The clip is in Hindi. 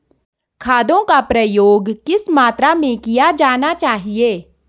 खादों का प्रयोग किस मात्रा में किया जाना चाहिए?